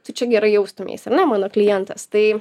tu čia gerai jaustumeisi ar ne mano klientas tai